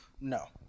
No